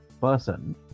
person